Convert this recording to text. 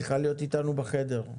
צריכה להיות איתנו בחדר.